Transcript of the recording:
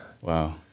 Wow